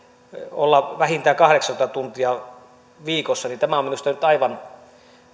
olla vähintään kahdeksantoista tuntia viikossa on minusta nyt aivan